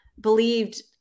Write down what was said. believed